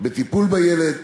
בטיפול בילד,